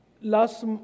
Last